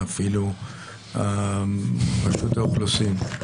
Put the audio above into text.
ואפילו רשות האוכלוסין,